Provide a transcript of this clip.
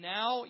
Now